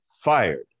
fired